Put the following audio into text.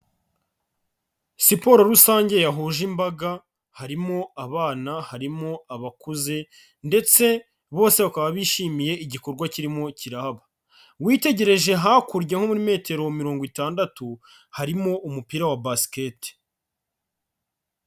Siporo rusange yahuje imbaga harimo abana, harimo abakuze ndetse bose bakaba bishimiye igikorwa kirimo kirahaba, witegereje hakurya nko muri metero mirongo itandatu harimo umupira wa basiketi.